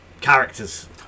characters